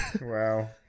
Wow